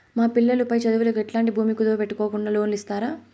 మా పిల్లలు పై చదువులకు ఎట్లాంటి భూమి కుదువు పెట్టుకోకుండా లోను ఇస్తారా